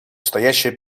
стоящая